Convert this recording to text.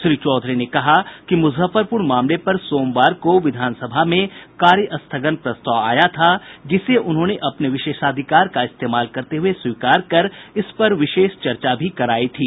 श्री चौधरी ने कहा कि मुजफ्फरपुर मामले पर सोमवार को विधानसभा में कार्य स्थगन प्रस्ताव आया था जिसे उन्होंने अपने विशेषाधिकार का इस्तेमाल करते हुए स्वीकार कर इस पर विशेष चर्चा भी करायी थी